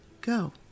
go